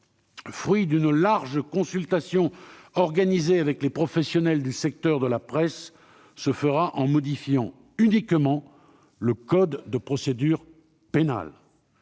fruit d'une large consultation organisée avec les professionnels du secteur de la presse, se fera en modifiant uniquement le code de procédure pénale.